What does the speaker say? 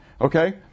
okay